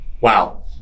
Wow